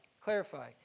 clarify